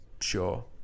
Sure